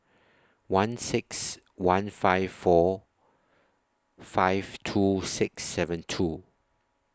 one six one five four five two six seven two